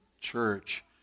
church